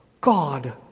God